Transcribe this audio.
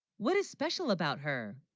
what is special about her